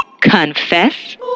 confess